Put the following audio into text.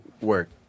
work